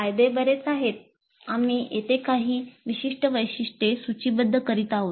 फायदे बरेच आहेत आम्ही येथे काही विशिष्ट वैशिष्ट्ये सूचीबद्ध करीत आहोत